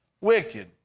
wicked